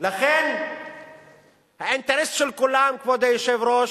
לכן האינטרס של כולם, כבוד היושב-ראש,